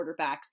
quarterbacks